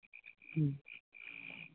ᱦᱮᱸ